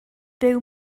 byw